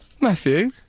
Matthew